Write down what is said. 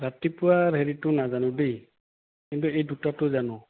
ৰাতিপুৱাৰ হেৰিটো নাজানো দেই কিন্তু এই দুটাটোৰ জানো